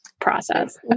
process